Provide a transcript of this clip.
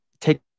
Take